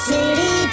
City